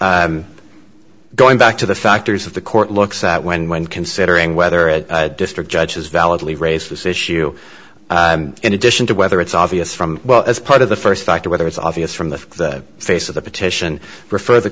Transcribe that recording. maker going back to the factors of the court looks at when when considering whether it district judges validly raise this issue in addition to whether it's obvious from well as part of the first factor whether it's obvious from the face of the petition refer the